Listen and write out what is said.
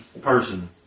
person